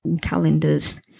calendars